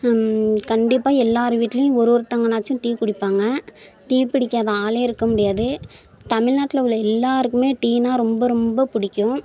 கண்டிப்பாக எல்லார் வீட்டிலியும் ஒரு ஒருத்தங்கனாச்சும் டீ குடிப்பாங்க டீ பிடிக்காத ஆளே இருக்க முடியாது தமிழ்நாட்டுல உள்ள எல்லோருக்குமே டீனால் ரொம்ப ரொம்ப பிடிக்கும்